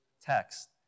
text